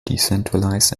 decentralized